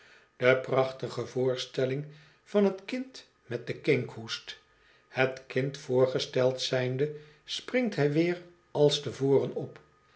de prachtige voorstelling van t kind met den kinkhoest l het kind voorgesteld zijnde springt hij weer als te voren op